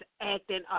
acting